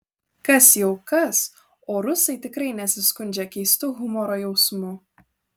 kas jau kas o rusai tikrai nesiskundžia keistu humoro jausmu